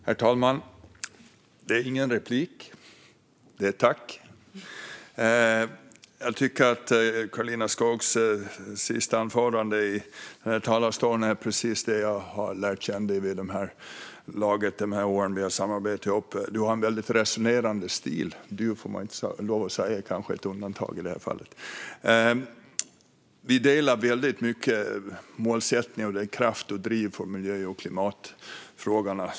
Herr talman! Detta är ingen replik; det är ett tack. Jag tycker att Karolina Skogs anförande i talarstolen visade på precis det som jag har sett under de år som vi har samarbetat. Du har en väldigt resonerande stil. Man får inte lov att säga "du", men det kan kanske göras ett undantag i det här fallet. Vi delar väldigt mycket målsättningen och drivet när det gäller miljö och klimatfrågorna.